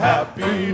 Happy